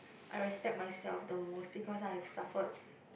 I respect myself the most because I have suffered